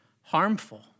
harmful